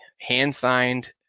hand-signed